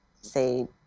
say